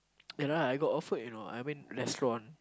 yeah lah I got offered you know I went restaurant